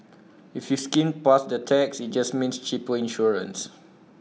if you skimmed past that text IT just means cheaper insurance